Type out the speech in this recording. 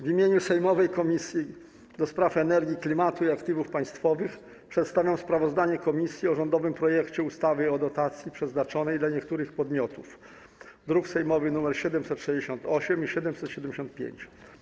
W imieniu sejmowej Komisji do Spraw Energii, Klimatu i Aktywów Państwowych przedstawiam sprawozdanie komisji o rządowym projekcie ustawy o zmianie ustawy o dotacji przeznaczonej dla niektórych podmiotów, druki sejmowe nr 768 i 775.